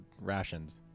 rations